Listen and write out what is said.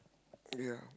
ya